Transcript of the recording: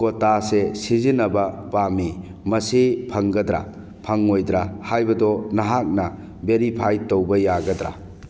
ꯀꯣꯇꯥꯁꯦ ꯁꯤꯖꯤꯟꯅꯕ ꯄꯥꯝꯃꯤ ꯃꯁꯤ ꯐꯪꯒꯗ꯭ꯔꯥ ꯐꯪꯉꯣꯏꯗ꯭ꯔꯥ ꯍꯥꯏꯕꯗꯣ ꯅꯍꯥꯛꯅ ꯕꯦꯔꯤꯐꯥꯏ ꯇꯧꯕ ꯌꯥꯒꯗ꯭ꯔꯥ